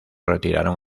retiraron